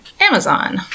Amazon